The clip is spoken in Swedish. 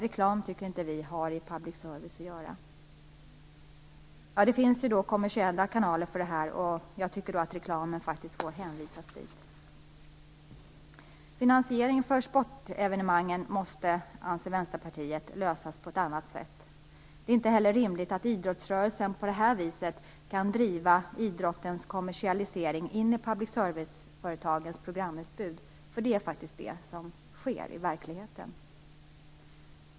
Vi tycker inte att reklam har i public service att göra. Det finns kommersiella kanaler för det här, och jag tycker att reklamen får hänvisas dit. Finansieringen av sportevenemangen måste lösas på ett annat sätt. Det är inte heller rimligt att idrottsrörelsen på det här viset kan driva idrottens kommersialisering in i public service-företagens programutbud, men det är det som sker i verkligheten.